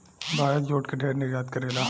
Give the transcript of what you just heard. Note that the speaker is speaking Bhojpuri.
भारत जूट के ढेर निर्यात करेला